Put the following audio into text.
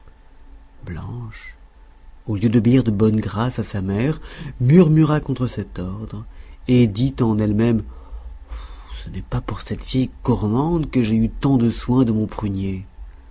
blanche au lieu d'obéir de bonne grâce à sa mère murmura contre cet ordre et dit en elle même ce n'est pas pour cette vieille gourmande que j'ai eu tant de soin de mon prunier